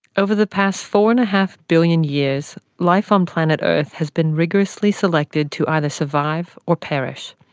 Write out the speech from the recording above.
over the past four and a half billion years, life on planet earth has been rigorously selected to either survive, or perish.